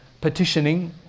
petitioning